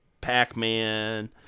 pac-man